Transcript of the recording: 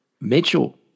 Mitchell